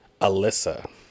Alyssa